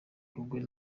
rugwe